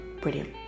Brilliant